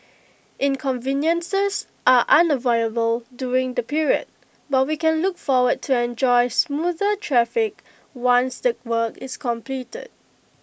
inconveniences are unavoidable during the period but we can look forward to enjoy smoother traffic once the work is completed